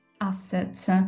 asset